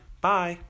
Bye